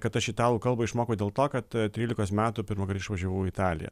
kad aš italų kalbą išmokau dėl to kad trylikos metų pirmąkart išvažiavau į italiją